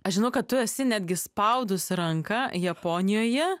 aš žinau kad tu esi netgi spaudus ranką japonijoje